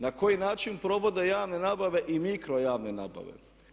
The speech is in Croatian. Na koji način provode javne nabave i mikro javne nabave?